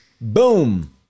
boom